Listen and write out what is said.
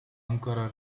ancora